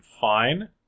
fine